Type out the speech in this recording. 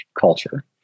culture